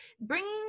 Bringing